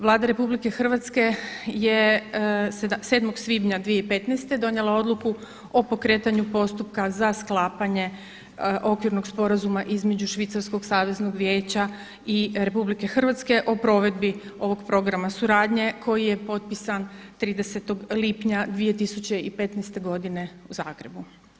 Vlada RH je 7. svibnja 2015. donijela odluku o pokretanju postupka za sklapanje Okvirnog sporazuma između Švicarskog saveznog vijeća RH o provedbi ovog programa suradnje koji je potpisan 30. lipnja 2015. godine u Zagrebu.